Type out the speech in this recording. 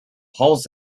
holes